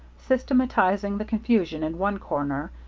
systematizing the confusion in one corner,